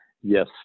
Yes